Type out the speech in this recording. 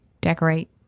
decorate